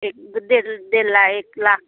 एक डेढ़ लाख एक ला